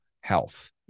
health